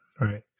right